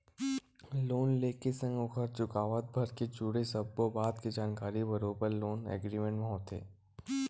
loan ले के संग ओखर चुकावत भर ले जुड़े सब्बो बात के जानकारी बरोबर लोन एग्रीमेंट म होथे